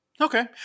Okay